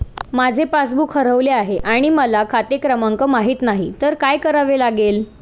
माझे पासबूक हरवले आहे आणि मला खाते क्रमांक माहित नाही तर काय करावे लागेल?